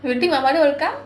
you think my mother will come